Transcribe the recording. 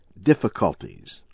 difficulties